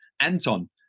Anton